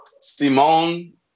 Simone